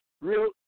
Real